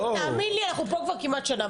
תאמין לי אנחנו כבר פה שנה.